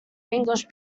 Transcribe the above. english